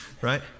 right